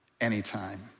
anytime